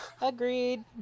Agreed